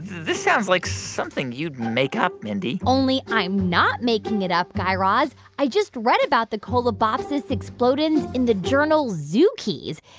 this sounds like something you'd make up, mindy only i'm not making it up, guy raz. i just read about the colobopsis explodens in the journal zookeys.